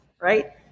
right